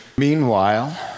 Meanwhile